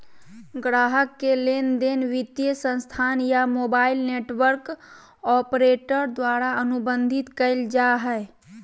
ग्राहक के लेनदेन वित्तीय संस्थान या मोबाइल नेटवर्क ऑपरेटर द्वारा अनुबंधित कइल जा हइ